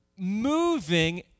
Moving